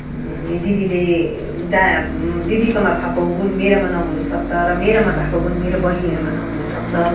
दिदीले जहाँ दिदीकोमा भएको गुण मेरोमा नहुनु सक्छ र मेरोमा भएको गुण मेरो बहिनीहरूमा नहुनु सक्छ